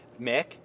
Mick